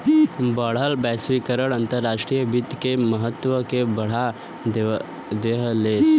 बढ़ल वैश्वीकरण अंतर्राष्ट्रीय वित्त के महत्व के बढ़ा देहलेस